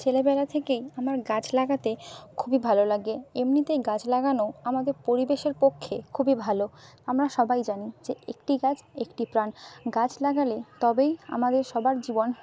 ছেলেবেলা থেকেই আমার গাছ লাগাতে খুবই ভালো লাগে এমনিতেই গাছ লাগানো আমাদের পরিবেশের পক্ষে খুবই ভালো আমরা সবাই জানি যে একটি গাছ একটি প্রাণ গাছ লাগালে তবেই আমাদের সবার জীবন